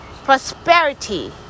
prosperity